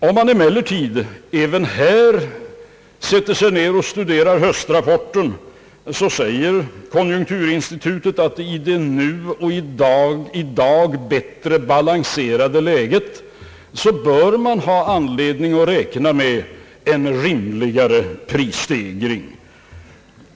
Om man sätter sig ned och studerar höstrapporten, finner man att konjunkturinstitutet säger att i det nu bättre balanserade läget bör det vara anledning att räkna med en rimligare prisstegring.